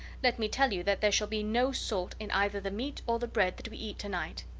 let me tell you that there shall be no salt in either the meat or the bread that we eat to-night.